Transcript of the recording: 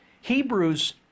Hebrews